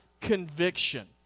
conviction